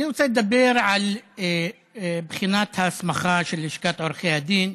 אני רוצה לדבר על בחינת ההסמכה של לשכת עורכי הדין.